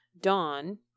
Dawn